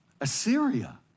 Assyria